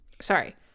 Sorry